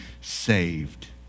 saved